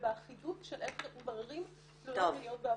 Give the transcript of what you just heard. ובאחידות של איך מבררים הטרדות מיניות בעבודה.